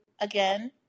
again